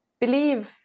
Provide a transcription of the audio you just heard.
believe